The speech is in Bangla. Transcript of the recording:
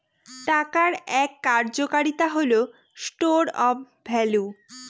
টাকার এক কার্যকারিতা হল স্টোর অফ ভ্যালু